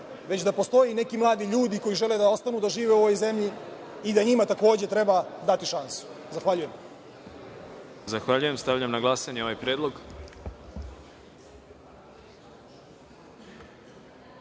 već da postoje neki mladi ljudi koji žele da ostanu da žive u ovoj zemlji i da njima takođe treba dati šansu. Zahvaljujem. **Đorđe Milićević** Zahvaljujem. Stavljam na glasanje ovaj